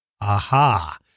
Aha